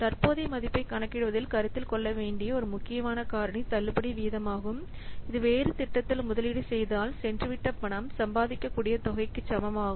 தற்போதைய மதிப்பைக் கணக்கிடுவதில் கருத்தில் கொள்ள வேண்டிய ஒரு முக்கியமான காரணி தள்ளுபடி வீதமாகும் இது வேறு திட்டத்தில் முதலீடு செய்தால் சென்றுவிட்ட பணம் சம்பாதிக்கக்கூடிய தொகைக்கு சமமாகும்